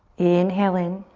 inhale in.